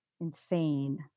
insane